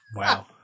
Wow